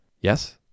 Yes